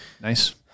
nice